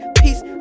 peace